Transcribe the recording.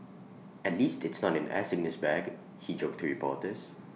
at least it's not an air sickness bag he joked to reporters